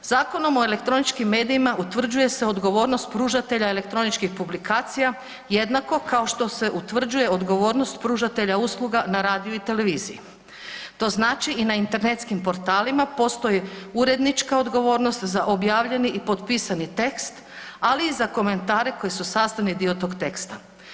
Zakonom o elektroničkim medijima utvrđuje se odgovornost pružatelja elektroničkih publikacija jednako kao što se utvrđuje odgovornost pružatelja usluga na radiju i televiziji, to znači i na internetskim portalima postoji urednička odgovornost za objavljeni i potpisani tekst ali i za komentare koji su sastavni dio tog teksta.